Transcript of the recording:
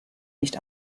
nicht